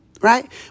Right